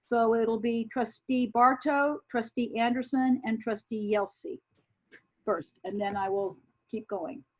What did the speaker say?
so it'll be trustee barto, trustee anderson, and trustee yelsey first, and then i will keep going.